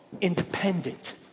independent